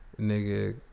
nigga